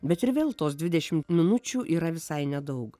bet ir vėl tos dvidešimt minučių yra visai nedaug